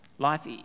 Life